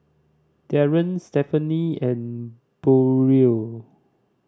Darren Stefanie and Burrell